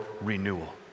renewal